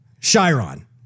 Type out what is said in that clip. Chiron